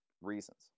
reasons